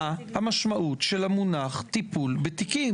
מה המשמעות של המונח "טיפול בתיקים"?